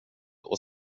och